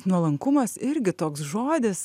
nuolankumas irgi toks žodis